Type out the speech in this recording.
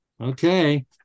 okay